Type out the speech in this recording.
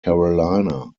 carolina